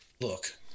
look